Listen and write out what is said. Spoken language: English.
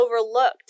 overlooked